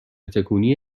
تکونی